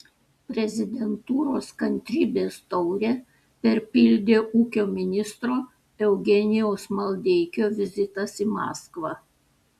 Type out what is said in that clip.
prezidentūros kantrybės taurę perpildė ūkio ministro eugenijaus maldeikio vizitas į maskvą